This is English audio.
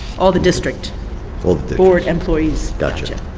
all the district board employees.